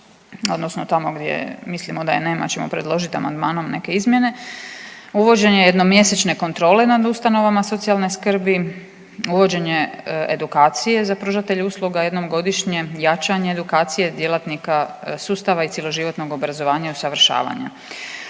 odnosno tamo gdje mislimo da je nema ćemo predložiti amandmanom neke izmjene. Uvođenje jednomjesečne kontrole nad ustanovama socijalne skrbi, uvođenje edukacije za pružatelje usluga jednom godišnje, jačanje edukacije, djelatnika sustava i cjeloživotnog obrazovanja i usavršavanja.